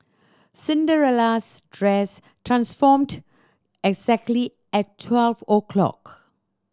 Cinderella's dress transformed exactly at twelve o'clock